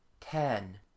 Ten